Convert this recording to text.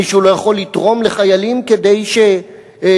מישהו לא יכול לתרום לחיילים כדי שייתנו